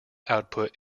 output